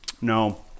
No